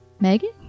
Megan